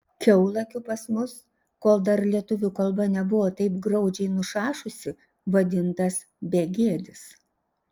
kiaulakiu pas mus kol dar lietuvių kalba nebuvo taip graudžiai nušašusi vadintas begėdis